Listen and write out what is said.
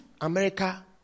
America